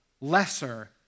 lesser